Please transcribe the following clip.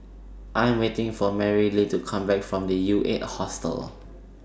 I Am waiting For Marylee to Come Back from U eight Hostel